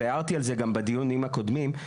והערתי על זה גם בדיונים הקודמים,